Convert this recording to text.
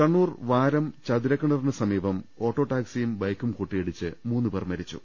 കണ്ണൂർ വാരം ചതുരക്കിണറിനു സമീപം ഓട്ടോ ടാക്സിയും ബൈക്കും കൂട്ടിയിടിച്ച് മൂന്നുപേർ മരിച്ചു